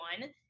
one